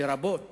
לרבות